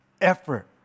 effort